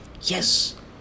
Yes